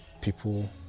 People